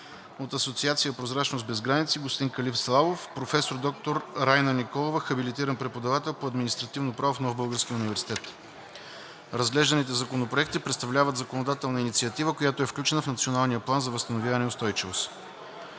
от Асоциация „Прозрачност без граници“ – господин Калин Славов; професор дн Райна Николова – хабилитиран преподавател по административно право в Нов Български университет. Разглежданите законопроекти представляват законодателна инициатива, която е включена в Националния план за възстановяване и устойчивост.